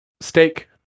steak